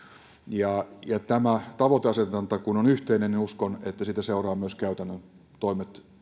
ja kun tämä tavoiteasetanta on yhteinen niin uskon että siitä seuraa myös käytännön toimia